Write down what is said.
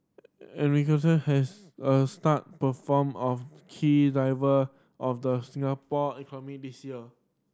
has a star perform of key diver of the Singapore economy this year